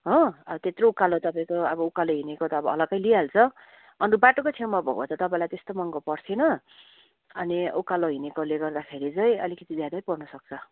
हो अब त्यत्रो उकालो तपाईँको अब उकालो हिँडेको त अब अलगै लिइहाल्छ अन्त बाटोकै छेउमा भएको भए चाहिँ तपाईँलाई त्यस्तो महँगो पर्ने थिएन अनि उकालो हिँडेकोले गर्दाखेरि चाहिँ अलिकति ज्यादै पर्नुसक्छ